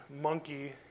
monkey